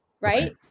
Right